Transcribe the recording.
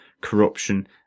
corruption